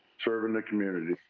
serving the community.